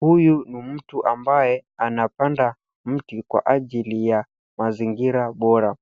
Huyu ni mtu ambaye anapanda mti kwa ajili ya mazingira bora